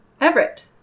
Everett